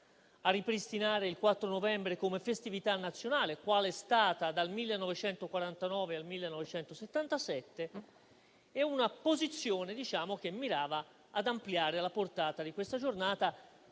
a ripristinare il 4 novembre come festività nazionale qual è stata dal 1949 al 1977, e una posizione che mirava ad ampliare la portata di questa giornata.